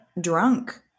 drunk